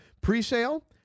pre-sale